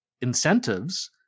incentives